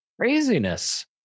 Craziness